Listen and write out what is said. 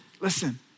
listen